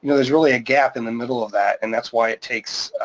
there's really a gap in the middle of that, and that's why it takes.